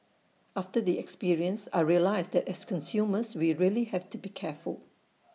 after the experience I realised that as consumers we really have to be careful